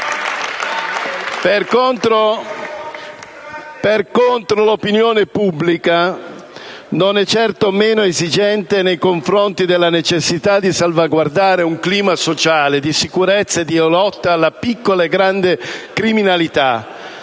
Per contro, l'opinione pubblica non è certo meno esigente nei confronti della necessità di salvaguardare un clima sociale di sicurezza e di lotta alla piccola e grande criminalità,